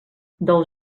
del